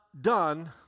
done